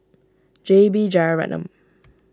J B Jeyaretnam